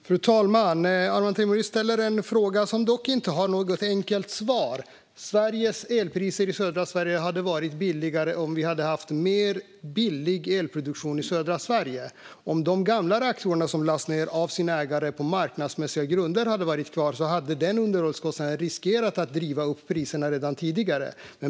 Fru talman! Arman Teimouri ställer en fråga som dock inte har något enkelt svar. Elpriserna i södra Sverige hade varit billigare om vi hade haft mer av billig elproduktion i södra Sverige. Om de gamla reaktorerna som på marknadsmässiga grunder lades ned av ägarna hade varit kvar hade underhållskostnaderna riskerat att driva upp priserna redan tidigare.